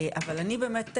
אבל אני באמת,